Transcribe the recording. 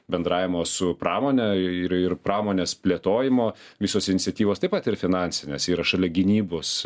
bendravimo su pramone ir ir pramonės plėtojimo visos iniciatyvos taip pat ir finansinės yra šalia gynybos